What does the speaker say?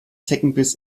zeckenbiss